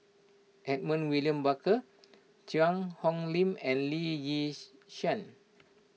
Edmund William Barker Cheang Hong Lim and Lee Yis Shyan